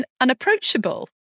unapproachable